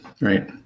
right